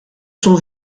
sont